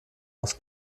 aus